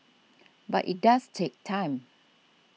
but it does take time